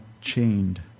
chained